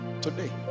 today